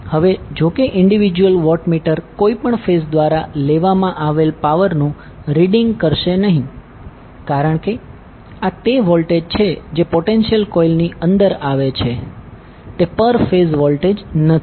હવે જો કે ઈન્ડીવિડ્યુઅલ વોટમીટર કોઈપણ ફેઝ દ્વારા લેવામાં આવેલ પાવરનું રીડીંગ કરશે નહીં કારણ કે આ તે વોલ્ટેજ છે જે પોટેન્શિયલ કોઇલની અંદર આવે છે તે પર ફેઝ વોલ્ટેજ નથી